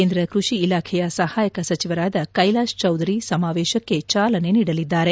ಕೇಂದ್ರ ಕೃಷಿ ಇಲಾಖೆಯ ಸಹಾಯಕ ಸಚಿವರಾದ ಕೈಲಾಶ್ ಚೌಧರಿ ಸಮಾವೇಶಕ್ಕೆ ಚಾಲನೆ ನೀಡಲಿದ್ದಾರೆ